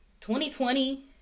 2020